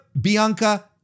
bianca